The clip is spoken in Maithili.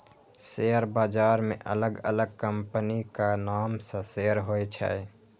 शेयर बाजार मे अलग अलग कंपनीक नाम सं शेयर होइ छै